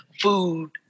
food